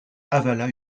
avala